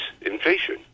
inflation